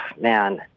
man